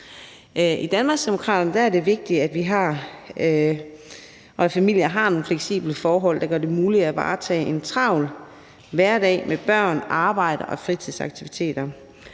Danmarksdemokraterne er det vigtigt, at familier har nogle fleksible forhold, der gør det muligt at varetage en travl hverdag med børn, arbejde og fritidsaktiviteter.